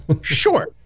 Sure